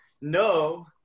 no